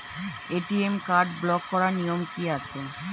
ATM card block করার নিয়ম কি আছে?